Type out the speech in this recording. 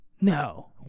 No